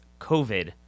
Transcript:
COVID